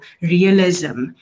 realism